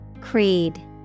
Creed